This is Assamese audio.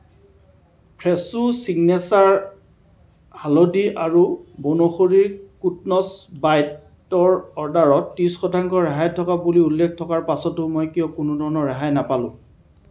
ফ্ৰেছো ছিগনেচাৰ হালধি আৰু বনৌষধিৰ ক্ৰোটন্ছ বাইটৰ অৰ্ডাৰত ত্ৰিছ শতাংশ ৰেহাই থকা বুলি উল্লেখ থকাৰ পাছতো মই কিয় কোনোধৰণৰ ৰেহাই নাপালো